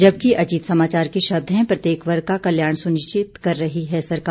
जबकि अजीत समाचार के शब्द हैं प्रत्येक वर्ग का कल्याण सुनिश्चित कर रही है सरकार